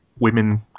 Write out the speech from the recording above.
Women